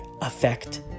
affect